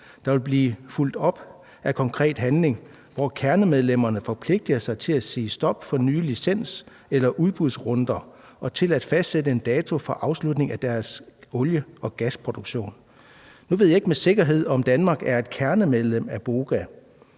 Det vil blive fulgt op af konkret handling, hvor kernemedlemmer forpligter sig til at sige stop for nye licens- eller udbudsrunder og til at fastsætte en dato for afslutning af deres olie- og gasproduktion.« Nu ved jeg ikke med sikkerhed, om Danmark er et kernemedlem af BOGA,